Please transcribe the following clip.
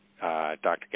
Dr